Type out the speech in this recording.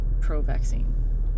pro-vaccine